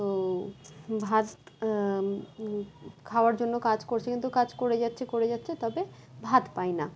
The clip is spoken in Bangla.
তো ভাত খাওয়ার জন্য কাজ করছে কিন্তু কাজ করে যাচ্ছে করে যাচ্ছে তবে ভাত পায় না